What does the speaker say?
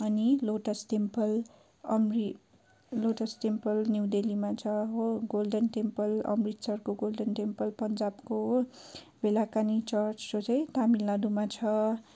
अनि lotus temple अमृत lotus temple new दिल्लीमा छ हो गोल्डन टेम्पल अमृतसरको गोल्डन टेम्पल पन्जाबको हो बेलाकानिक चर्च जो चाहिँ तामिलनाडूमा छ